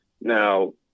now